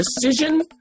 decision